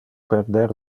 perder